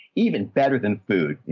even better than food. you